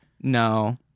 No